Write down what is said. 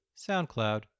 SoundCloud